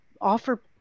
offer